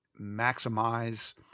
maximize